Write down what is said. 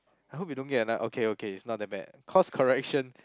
I hope you don't get ano~ okay okay it's not that bad cause correction